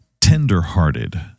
tender-hearted